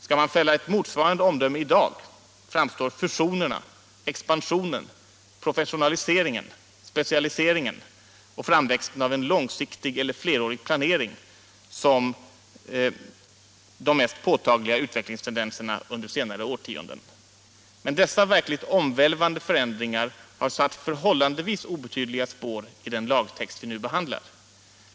Skall man fälla ett motsvarande om döme i dag framstår fusionerna, expansionen, professionaliseringen, specialiseringen och framväxten av en långsiktig eller flerårig planering som de mest påtagliga utvecklingstendenserna under senare årtionden. Men dessa verkligt omvälvande förändringar har satt förhållandevis obetydliga spår i den lagtext vi nu behandlar.